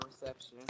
reception